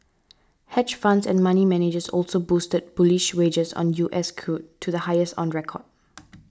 hedge funds and money managers also boosted bullish wagers on U S crude to the highest on record